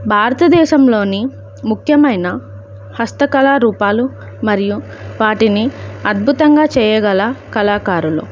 భారతదేశంలోని ముఖ్యమైన హస్తకళారూపాలు మరియు వాటిని అద్భుతంగా చేయగల కళాకారులు